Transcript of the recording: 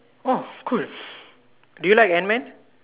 oh cool do you like Antman